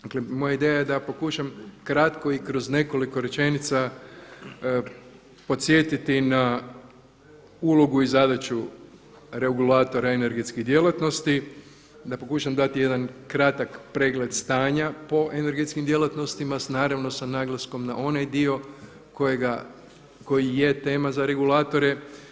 Dakle, moja ideja je da pokušam kratko i kroz nekoliko rečenica podsjetiti na ulogu i zadaću regulatora energetskih djelatnosti, da pokušam dati jedan kratak pregled stanja po energetskim djelatnostima s naravno s naglaskom na onaj dio koji je tema za regulatore.